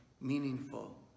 meaningful